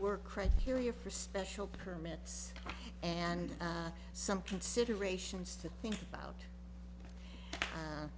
were criteria for special permits and some considerations to think about